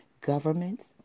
governments